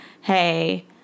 Hey